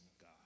God